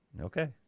Okay